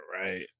Right